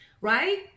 Right